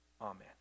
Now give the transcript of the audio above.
Amen